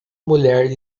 mulher